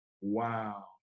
wow